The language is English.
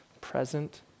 present